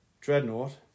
dreadnought